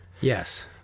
Yes